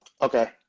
okay